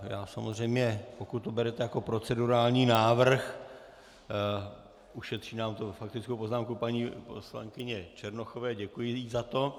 Já samozřejmě, pokud to berete jako procedurální návrh, ušetří nám to faktickou poznámku paní poslankyně Černochové, děkuji jí za to.